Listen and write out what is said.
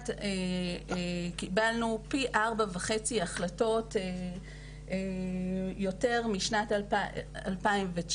קיבלנו פי ארבע וחצי החלטות יותר משנת 2019,